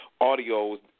audio